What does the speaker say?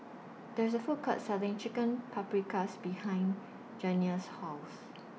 There IS A Food Court Selling Chicken Paprikas behind Janiah's House